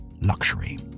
luxury